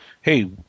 Hey